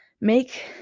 Make